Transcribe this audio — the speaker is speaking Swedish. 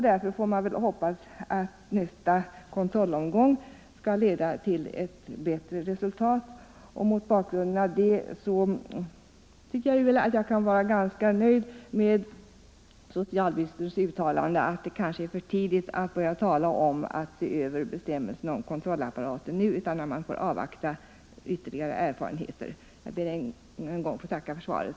Därför får man väl hoppas att nästa kontrollomgång skall leda till ett bättre resultat. Mot bakgrunden av det tycker jag att jag kan vara ganska nöjd med socialministerns uttalande att det kanske är för tidigt att börja tala om att se över bestämmelserna om kontrollapparaten nu utan att man får avvakta ytterligare erfarenheter. Jag ber än en gång att få tacka för svaret.